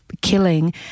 killing